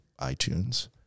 iTunes